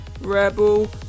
REBEL